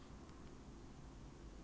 ah 真的是 lah